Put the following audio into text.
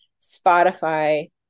Spotify